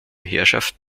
herrschaft